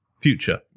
future